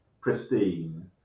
pristine